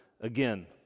again